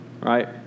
Right